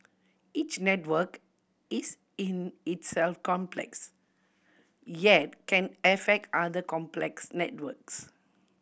each network is in itself complex yet can affect other complex networks